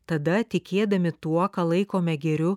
tada tikėdami tuo ką laikome gėriu